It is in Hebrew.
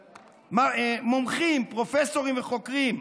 מומחים, פרופסורים וחוקרים.